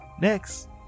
Next